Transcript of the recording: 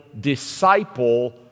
disciple